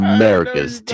America's